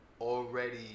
already